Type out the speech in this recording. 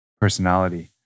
personality